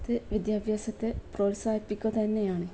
വിദ്യാഭ്യാസത്തെ പ്രോത്സാഹിപ്പിക്കുക തന്നെയാണ്